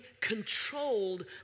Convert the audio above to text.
controlled